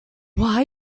are